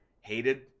hated